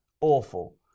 awful